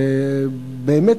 ובאמת,